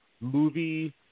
movie